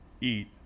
eat